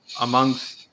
amongst